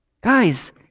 guys